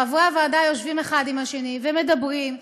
חברי הוועדה יושבים אחד עם השני, ומדברים,